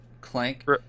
Clank